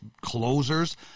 closers